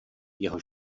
jeho